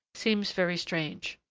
seems very strange.